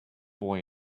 boy